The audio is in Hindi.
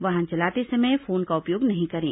वाहन चलाते समय फोन का उपयोग नहीं करें